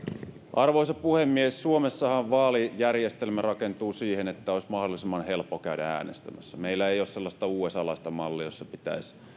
arvoisa puhemies suomessahan vaalijärjestelmä rakentuu siihen että olisi mahdollisimman helppo käydä äänestämässä meillä ei ole sellaista usalaista mallia jossa pitäisi